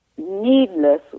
Needless